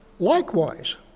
Likewise